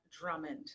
Drummond